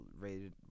rated